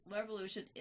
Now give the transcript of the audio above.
Revolution